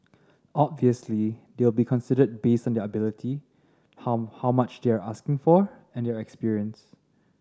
obviously they'll be considered based on their ability how how much they are asking for and their experience